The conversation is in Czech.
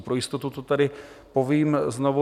Pro jistotu to tady povím znovu.